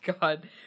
God